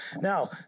Now